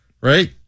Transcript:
Right